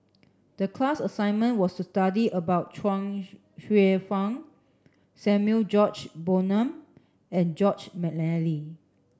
the class assignment was to study about Chuang Hsueh Fang Samuel George Bonham and Joseph Mcnally